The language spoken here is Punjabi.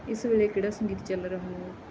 ਇਸ ਵੇਲੇ ਕਿਹੜਾ ਸੰਗੀਤ ਚੱਲ ਰਿਹਾ ਹੈ